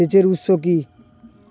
সেচের উৎস কি?